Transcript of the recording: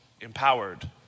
empowered